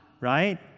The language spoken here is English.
right